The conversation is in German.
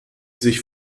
sich